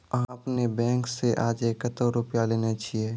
आपने ने बैंक से आजे कतो रुपिया लेने छियि?